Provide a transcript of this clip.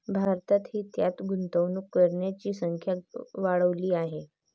भारतातही त्यात गुंतवणूक करणाऱ्यांची संख्या वाढली आहे